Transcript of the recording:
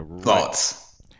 Thoughts